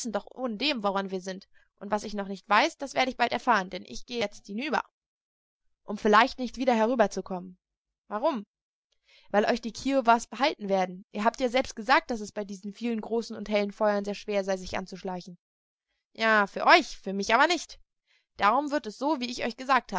ohnedem woran wir sind und was ich noch nicht weiß das werde ich bald erfahren denn ich gehe jetzt hinüber um vielleicht nicht wieder herüberzukommen warum weil euch die kiowas behalten werden ihr habt ja selbst gesagt daß es bei diesen vielen großen und hellen feuern sehr schwer sei sich anzuschleichen ja für euch für mich aber nicht darum wird es so wie ich euch gesagt